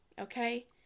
Okay